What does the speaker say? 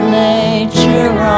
nature